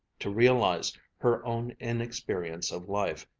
to realize her own inexperience of life,